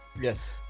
Yes